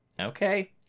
Okay